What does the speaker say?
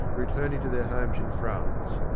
returning to their homes in france.